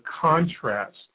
contrast